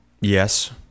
Yes